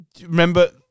Remember